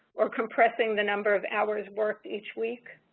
or compressing the number of hours worked each week.